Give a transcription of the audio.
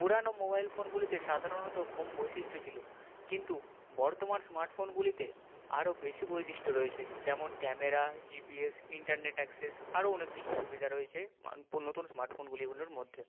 পুরানো মোবাইল ফোনগুলিতে সাধারণত কম বৈশিষ্ট্য ছিলো কিন্তু বর্তমান স্মার্টফোনগুলিতে আরও বেশি বৈশিষ্ট্য রয়েছে যেমন ক্যামেরা জিপিএস ইন্টারনেট অ্যাকসেস আরও অনেক কিছু সুবিধা রয়েছে নতুন স্মার্টফোনগুলো গুলির মধ্যে